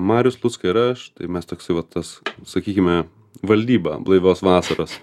marius lucka ir aš tai mes toksai va tas sakykime valdyba blaivios vasaros